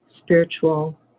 spiritual